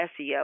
SEO